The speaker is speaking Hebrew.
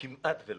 כמעט ולא,